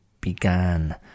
began